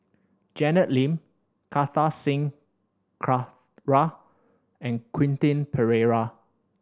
Janet Lim Kartar Singh Thakral and Quentin Pereira